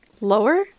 Lower